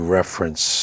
reference